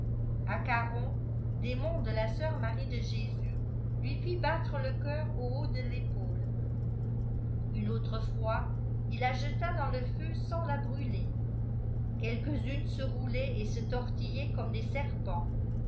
arrière accaroa démon de la sœur marie de lésus lui fit battre le cœur au haut de tépaole uiie autre fois il la jeta dans le feu sans la brûler quelques-unes se roulaient el se toriill ieni comme des serpents